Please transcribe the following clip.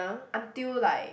until like